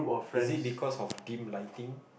is it because of dim lighting